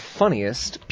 funniest